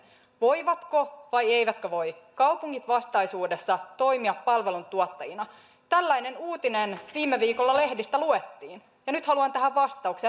voivatko vai eivätkö voi kaupungit vastaisuudessa toimia palveluntuottajina tällainen uutinen viime viikolla lehdistä luettiin ja nyt haluan tähän